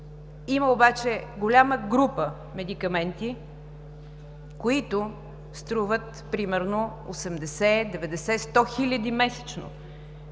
Има обаче голяма група медикаменти, които струват примерно 80, 90, 100 хиляди месечно.